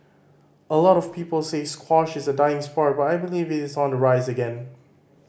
a lot of people say squash is a dying sport but I believe it is on the rise again